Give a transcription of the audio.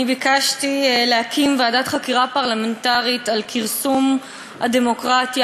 ביקשתי להקים ועדת חקירה פרלמנטרית על כרסום הדמוקרטיה,